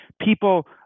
people